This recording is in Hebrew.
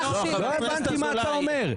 לא הבנתי מה אתה אומר.